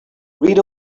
read